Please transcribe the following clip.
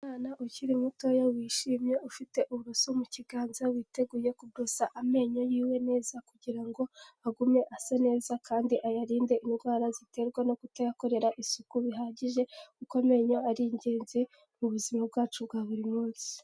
Umwana ukiri mutoya wishimye ufite uburoso mu kiganza, witeguye kuborosa amenyo yiwe, neza kugirango agume asa neza, kandi ayarinde indwara ziterwa no kutayakorera isuku bihagije, kuko amenyo ari ingenzi mu buzima bwacu bwa buri munsi.